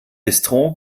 bistro